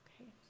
Okay